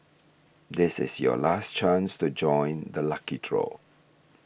this is your last chance to join the lucky draw